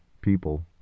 people